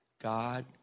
God